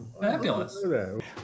Fabulous